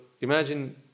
imagine